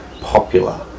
popular